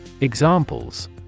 Examples